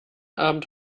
abend